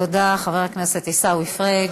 תודה, חבר הכנסת עיסאווי פריג'.